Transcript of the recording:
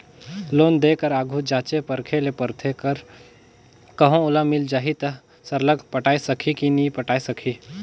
loan देय कर आघु जांचे परखे ले परथे कर कहों ओला मिल जाही ता सरलग पटाए सकही कि नी पटाए सकही